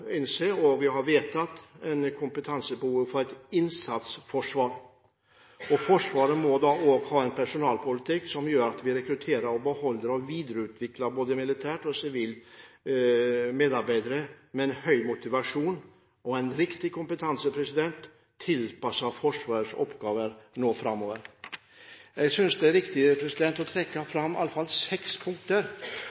innse – og har vedtatt – at det er kompetansebehov for et innsatsforsvar. Forsvaret må da ha en personellpolitikk som gjør at vi rekrutterer, beholder og videreutvikler både militære og sivile medarbeidere med høy motivasjon og riktig kompetanse tilpasset Forsvarets oppgaver framover. Jeg synes det er riktig å trekke